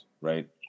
Right